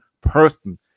person